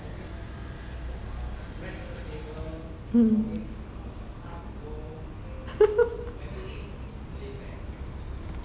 mm